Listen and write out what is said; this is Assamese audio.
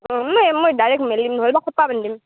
মই মই ডাইৰেক্ট মেলিম নহ'লে খোপা বান্ধিম